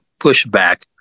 pushback